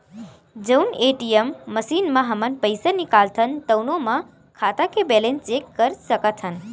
जउन ATM machine म हमन पइसा निकालथन तउनो म खाता के बेलेंस चेक कर सकत हन